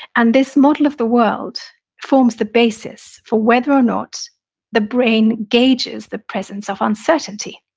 and this model of the world forms the basis for whether or not the brain gauges the presence of uncertainty.